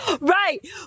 right